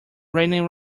raining